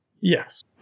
Yes